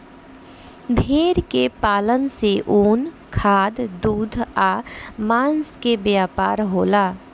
भेड़ के पालन से ऊन, खाद, दूध आ मांस के व्यापार होला